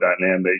dynamic